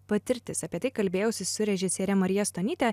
patirtis apie tai kalbėjausi su režisiere marija stonyte